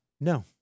No